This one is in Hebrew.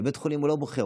לבית חולים הוא לא בוחר,